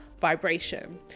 vibration